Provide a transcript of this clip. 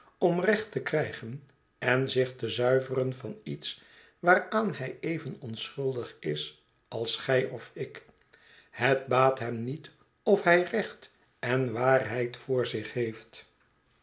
recht te krijgen en zich te zuiveren van iets waaraan hjj even onschuldig is als gij of ik het baat hem niet of hij recht en waarheid voor zich heeft